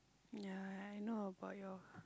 ya I know about your